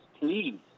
please